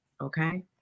Okay